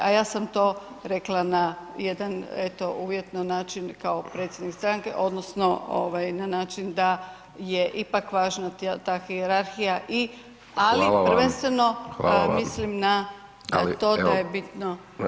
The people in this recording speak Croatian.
A ja sam to rekla na jedan, eto, uvjetno način kao predsjednik stranke odnosno na način da je ipak važna ta hijerarhija ali [[Upadica Dončić: Hvala vam.]] prvenstveno mislim na to da je bitno…